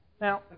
Now